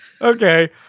Okay